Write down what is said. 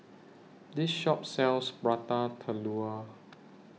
This Shop sells Prata Telur